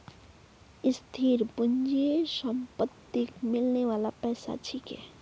स्थिर पूंजी संपत्तिक मिलने बाला पैसा छिके